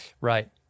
Right